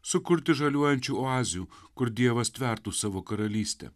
sukurti žaliuojančių oazių kur dievas tvertų savo karalystę